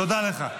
תודה לך.